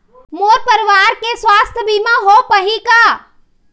मोर परवार के सुवास्थ बीमा होथे पाही का?